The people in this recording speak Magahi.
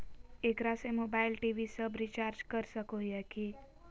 एकरा से मोबाइल टी.वी सब रिचार्ज कर सको हियै की?